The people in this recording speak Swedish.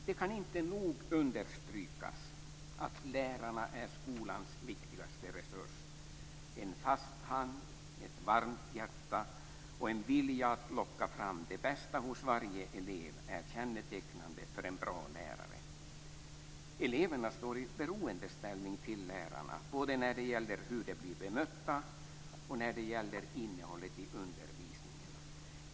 Det kan inte nog understrykas att lärarna är skolans viktigaste resurs. En fast hand, ett varmt hjärta och en vilja att locka fram det bästa hos varje elev är kännetecknande för en bra lärare. Eleverna står i beroendeställning till lärarna både när det gäller hur de blir bemötta och när det gäller innehållet i undervisningen.